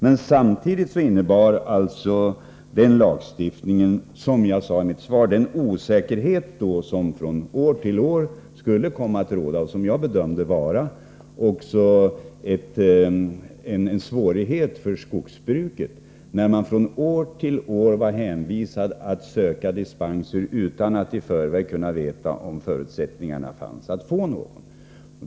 Men samtidigt innebar den lagstiftningen — som jag sade i mitt svar — att osäkerhet skulle komma att råda från år till år. Jag bedömde som en svårighet för skogsbruket att man från år till år skulle vara hänvisad till att söka dispens utan att i förväg kunna veta om det fanns förutsättningar att få någon.